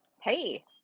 hey